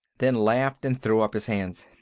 then laughed and threw up his hands.